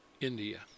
India